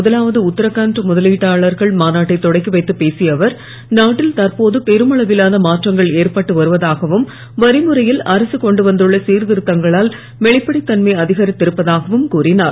முதலாவது உத்தராகண்ட் முதலீட்டாளர்கள் மாநாட்டை தொடக்கி வைத்துப் பேசிய அவர் நாட்டில் தற்போது பெருமளவிலான மாற்றங்கள் ஏற்பட்டு வருவதாகவும் வரிமுறையில் அரசு கொண்டு வந்துள்ள சிர்திருத்தங்களால் வெளிப்படைத் தன்மை அதிகரித்து இருப்பதாகவும் கூறினார்